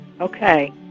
Okay